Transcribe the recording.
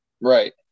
Right